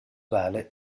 vale